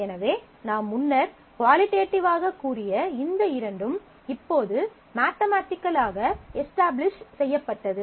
எனவே நாம் முன்னர் குவாலிடேட்டிவ்வாக கூறிய இந்த இரண்டும் இப்போது மாத்தமடிக்கல்லாக எஸ்டாபிளிஷ் செய்யப்பட்டது